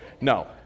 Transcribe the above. no